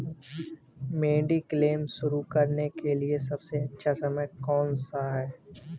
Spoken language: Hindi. मेडिक्लेम शुरू करने का सबसे अच्छा समय कौनसा है?